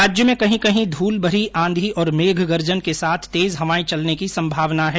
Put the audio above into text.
राज्य में कही कही धूलभरी आंधी और मेघ गर्जन के साथ तेज हवाएं चलने की संभावना है